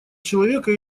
человека